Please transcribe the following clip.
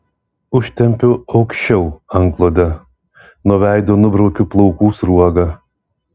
užtempiu aukščiau antklodę nuo veido nubraukiu plaukų sruogą